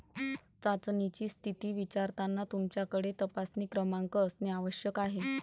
चाचणीची स्थिती विचारताना तुमच्याकडे तपासणी क्रमांक असणे आवश्यक आहे